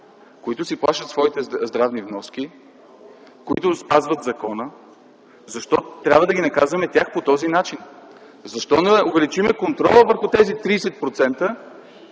които плащат своите здравни вноски и спазват закона? Защо трябва да наказваме тях по този начин?! Защо не увеличим контрола върху тези 30%?